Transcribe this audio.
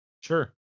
Sure